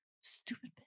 Stupid